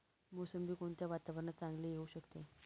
मोसंबी कोणत्या वातावरणात चांगली येऊ शकते?